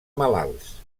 malalts